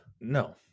No